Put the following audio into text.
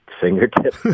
fingertip